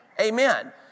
Amen